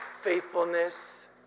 faithfulness